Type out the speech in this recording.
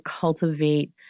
cultivate